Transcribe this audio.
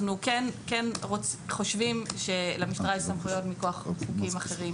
אנחנו כן חושבים שלמשטרה יש סמכויות מכוח חוקים אחרים